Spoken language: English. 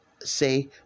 say